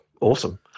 awesome